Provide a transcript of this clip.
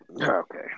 Okay